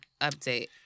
update